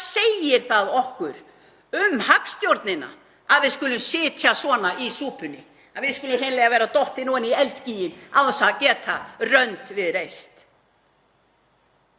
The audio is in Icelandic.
segir það okkur um hagstjórnina að við skulum sitja svona í súpunni, að við skulum hreinlega vera dottin ofan í eldgíginn án þess að geta rönd við reist?